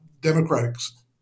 Democrats